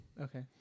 Okay